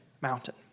mountain